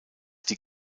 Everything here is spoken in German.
die